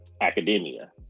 academia